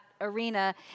arena